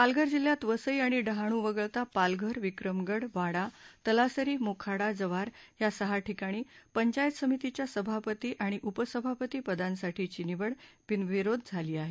पालघर जिल्ह्यात वसई आणि डहाणू वगळता पालघर विक्रमगड वाडा तलासरी मोखाडा जव्हार या सहा ठिकाणी पंचायत समितीच्या सभापती आणि उपसभापती पदांसाठीची निवड बिनविरोध झाली आहे